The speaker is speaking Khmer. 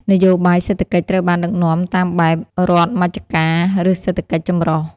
នយោបាយសេដ្ឋកិច្ចត្រូវបានដឹកនាំតាមបែប "រដ្ឋមជ្ឈការ" ឬសេដ្ឋកិច្ចចម្រុះ។